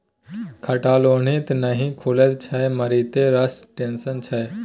खटाल ओनाहिते नहि खुलैत छै मारिते रास टेंशन छै